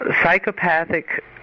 psychopathic